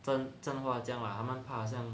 真真他们怕好像